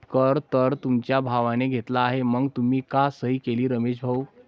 कर तर तुमच्या भावाने घेतला आहे मग तुम्ही का सही केली रमेश भाऊ?